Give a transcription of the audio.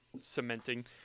cementing